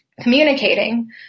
communicating